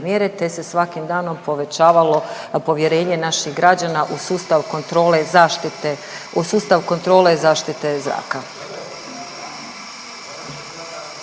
te se svakim danom povećavalo povjerenje naših građana u sustav kontrole zaštite,